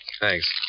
Thanks